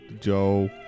Joe